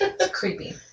Creepy